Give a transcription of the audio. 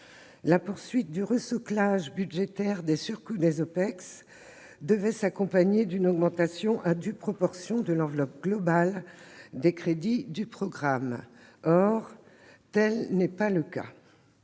La poursuite du « resoclage » budgétaire des surcoûts des OPEX devait s'accompagner d'une hausse à due proportion de l'enveloppe globale des crédits du programme. Or tel n'est pas le cas,